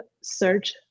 search